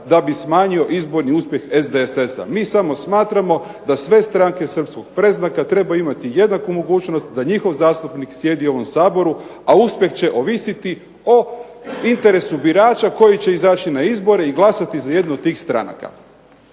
da bi smanjio izborni uspjeh SDSS-a. Mi samo smatramo da sve stranke srpskog predznaka trebaju imati jednaku mogućnost da njihov zastupnik sjedi u ovom Saboru, a uspjeh će ovisiti o interesu birača koji će izaći na izbore i glasati za jednu od tih stranaka.